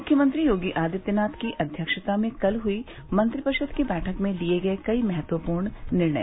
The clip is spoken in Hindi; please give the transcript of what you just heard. मुख्यमंत्री योगी आदित्यनाथ की अध्यक्षता में कल हई मंत्रिपरिषद की बैठक में लिए गये कई महत्वपूर्ण निर्णय